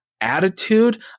attitude